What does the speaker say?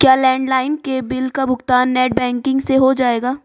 क्या लैंडलाइन के बिल का भुगतान नेट बैंकिंग से हो जाएगा?